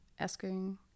asking